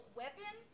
weapon